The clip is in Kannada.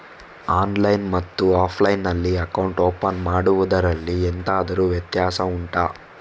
ಆನ್ಲೈನ್ ಮತ್ತು ಆಫ್ಲೈನ್ ನಲ್ಲಿ ಅಕೌಂಟ್ ಓಪನ್ ಮಾಡುವುದರಲ್ಲಿ ಎಂತಾದರು ವ್ಯತ್ಯಾಸ ಉಂಟಾ